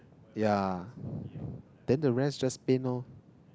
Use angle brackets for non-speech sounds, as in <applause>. yeah <breath> then the rest just paint loh